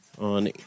on